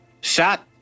shot